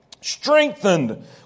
strengthened